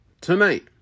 tonight